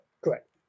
Correct